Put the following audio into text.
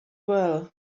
well